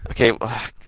Okay